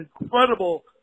incredible